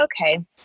okay